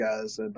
guys